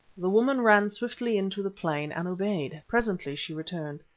the woman ran swiftly into the plain and obeyed. presently she returned.